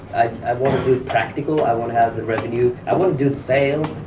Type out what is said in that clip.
i want to do practical, i want to have the revenue, i want to do the sale,